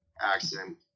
accent